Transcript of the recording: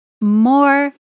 more